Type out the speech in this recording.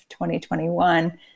2021